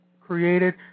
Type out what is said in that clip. created